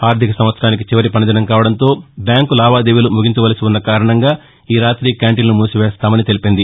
ఆర్దిక సంవత్సరానికి చివరి పనిదినం కావడంతో బ్యాంకు లావాదేవీలు ముగించవలసి ఉన్న కారణంగా ఈ రాతి క్యాంటీన్లు మూసివేస్తామని తెలిపింది